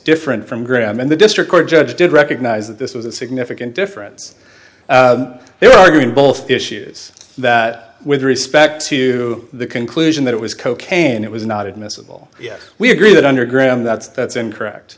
different from graham and the district court judge did recognize that this was a significant difference they were arguing both issues that with respect to the conclusion that it was cocaine it was not admissible yes we agree that underground that's that's incorrect